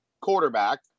quarterback